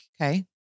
Okay